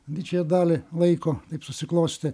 didžiąją dalį laiko taip susiklostė